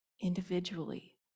individually